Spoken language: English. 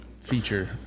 feature